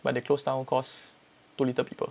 but they closed down cause too little people